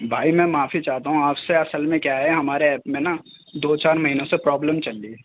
بھائی میں معافی چاہتا ہوں آپ سے اصل میں کیا ہے ہمارے ایپ میں نا دو چار مہینوں سے پرابلم چل رہی ہے